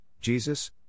Jesus